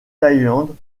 thaïlande